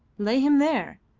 lay him there.